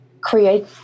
create